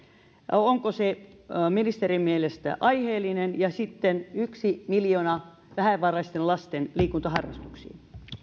ministerin mielestä aiheellinen ja sitten yksi miljoona vähävaraisten lasten liikuntaharrastuksiin